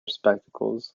spectacles